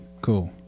cool